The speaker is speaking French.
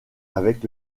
avec